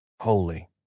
Holy